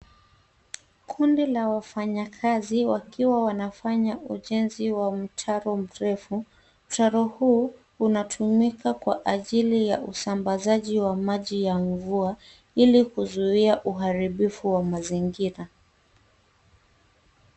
Kundi la wafanyakazi wakiwa wanafanya ujenzi wa mtaro mrefu. Mtaro huu unatumika kwa ajili ya usambazaji wa maji ya mvua ili kuzuia uharibifu wa mazingira.